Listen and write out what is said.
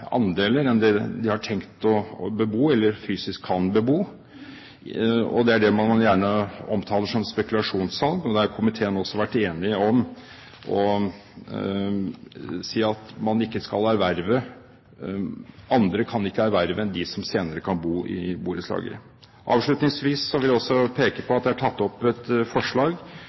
andeler enn de har tenkt å bebo, eller fysisk kan bebo. Det er det man gjerne omtaler som spekulasjonssalg. Der har komiteen også vært enig om å si at andre enn de som senere kan bo i borettslaget, kan ikke erverve. Avslutningsvis vil jeg også peke på at det er fremmet et forslag,